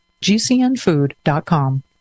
GCNfood.com